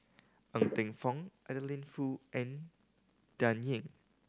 Ng Teng Fong Adeline Foo and Dan Ying